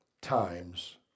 times